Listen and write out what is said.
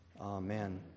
Amen